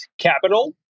capital